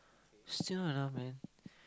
still not enough man